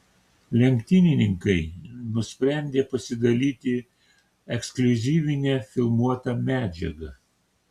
lenktynininkai nusprendė pasidalyti ekskliuzyvine filmuota medžiaga